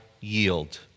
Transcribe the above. yield